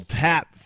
tap